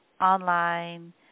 online